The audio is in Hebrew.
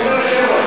כבוד היושב-ראש,